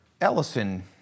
Ellison